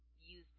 use